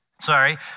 Sorry